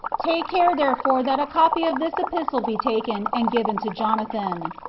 take care therefore that a copy of this epistle be taken, and given to jonathan,